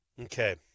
Okay